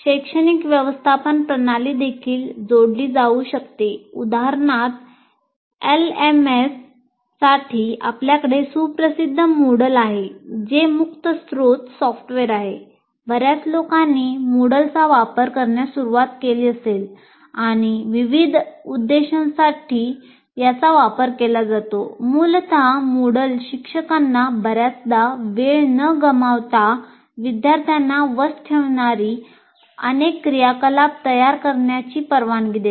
शैक्षणिक व्यवस्थापन प्रणाली देखील जोडली जाऊ शकते